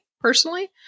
personally